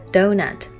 Donut